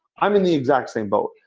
i'm in the exact same boat.